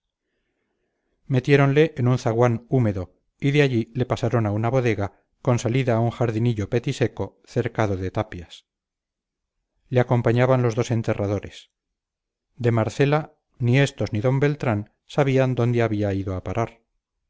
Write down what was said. metiéronle en un zaguán húmedo y de allí le pasaron a una bodega con salida a un jardinillo petiseco cercado de tapias le acompañaban los dos enterradores de marcela ni estos ni d beltrán sabían dónde había ido a parar